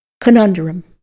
Conundrum